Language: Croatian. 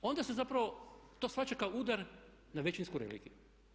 Onda se zapravo to shvaća kao udar na većinsku religiju.